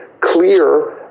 clear